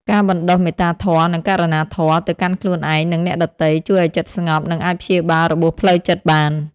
ការបណ្ដុះ មេត្តាធម៌ និង ករុណាធម៌ ទៅកាន់ខ្លួនឯង និងអ្នកដទៃ ជួយឱ្យចិត្តស្ងប់ និងអាចព្យាបាលរបួសផ្លូវចិត្តបាន។